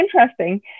interesting